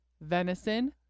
Venison